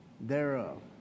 thereof